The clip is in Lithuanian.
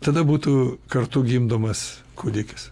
tada būtų kartu gimdomas kūdikis